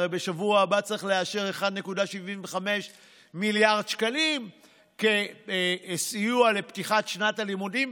הרי בשבוע הבא צריך לאשר 1.75 מיליארד שקלים כסיוע לפתיחת שנת הלימודים,